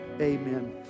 Amen